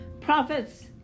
prophets